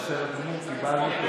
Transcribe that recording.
בסדר גמור, קיבלתי.